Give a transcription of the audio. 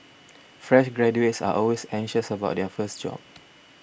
fresh graduates are always anxious about their first job